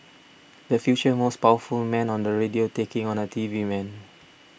the future most powerful man on the radio taking on a T V man